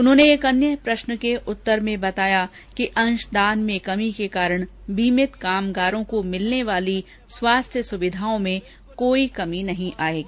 उन्होंने एक अन्य प्रश्न के उत्तर में कहा कि अंशदान में कमी के कारण बीमित कामगारों को मिलने वाली स्वास्थ्य सुविधाओं में कोई कमी नहीं आएगी